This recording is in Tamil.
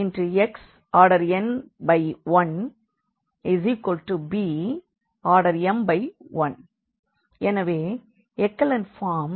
Am×nxn×1bm×1 எனவே எக்கலன் ஃபார்ம்